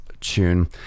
tune